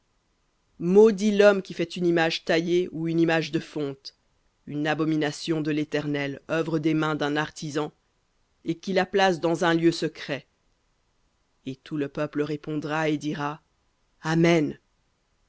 maudit l'homme qui fait une image taillée ou une image de fonte une abomination de l'éternel œuvre des mains d'un artisan et qui la place dans un lieu secret et tout le peuple répondra et dira amen